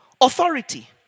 authority